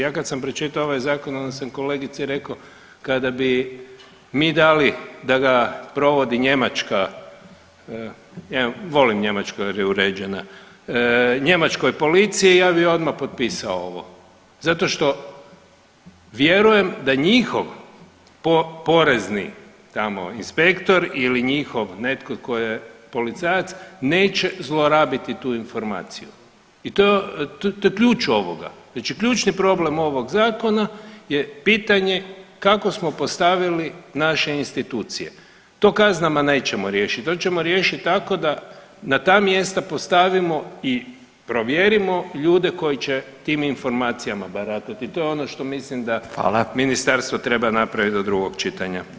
Ja kad sam pročitao ovaj zakon onda sam kolegici rekao kada bi mi dali da ga provodi Njemačka, volim Njemačku jer je uređena, njemačkoj policiji ja bi odmah potpisao ovo zato što vjerujem da njihov porezni tamo inspektor ili njihov netko tko je policajac neće zlorabiti tu informaciju i to je, to je ključ ovoga, znači ključni problem ovog zakona je pitanje kako smo postavili naše institucije, to kaznama nećemo riješit, to ćemo riješit tako da na ta mjesta postavimo i provjerimo ljude koji će tim informacijama baratati i to je ono što mislim da ministarstvo treba napravit do drugog čitanja.